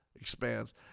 expands